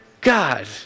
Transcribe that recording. God